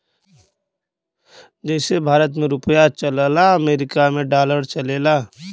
जइसे भारत मे रुपिया चलला अमरीका मे डॉलर चलेला